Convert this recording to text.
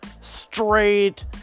straight